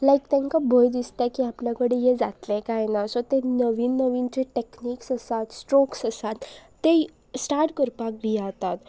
लायक तांकां भंय दिसता की आपल्या कडेन हे जातलें कांय ना सो ते नवीन नवीन जे टॅक्नीिक्स आसात स्ट्रोक्स आसात ते स्टार्ट करपाक भियाता